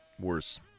Worse